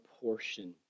portion